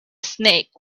snake